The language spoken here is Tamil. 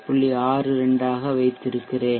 62 ஆக வைத்திருக்கிறேன்